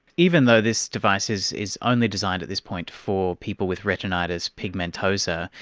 even though this device is is only designed at this point for people with retinitis pigmentosa,